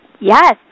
Yes